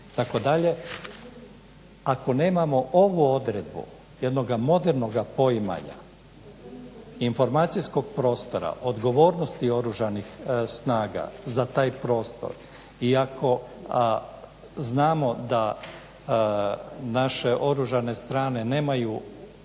ako nemamo ovu odredbu jednoga modernog poimanja informacijskog prostora, odgovornosti oružanih snaga za taj prostor i ako znamo da naše oružane strane nemaju